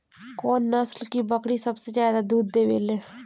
कौन नस्ल की बकरी सबसे ज्यादा दूध देवेले?